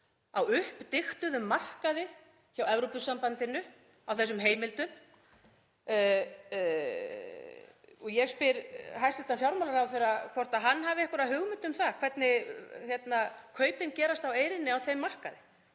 á uppdiktuðum markaði hjá Evrópusambandinu á þessum heimildum. Ég spyr hæstv. fjármálaráðherra hvort hann hafi einhverja hugmynd um það hvernig kaupin gerast á eyrinni á þeim markaði.